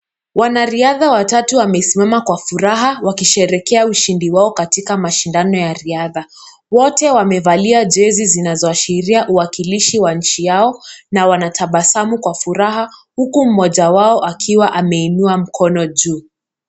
Wanariadha watatu wamesimama kwa furaha wakisherehekea ushindi wao katika mashindano ya riadha, wote wamevalia jezi zinazoashiria uakilishi wa nchi yao na wanatabasamu kwa furaha huku mmoja wao akiwa ameinua mkono juu.